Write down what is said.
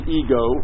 ego